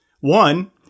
One